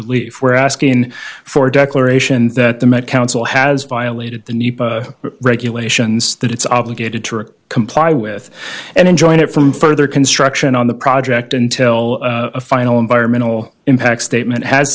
relief we're asking for a declaration that the met council has violated the new regulations that it's obligated to comply with and enjoin it from further construction on the project until a final environmental impact statement ha